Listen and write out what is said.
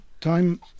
Time